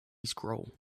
scroll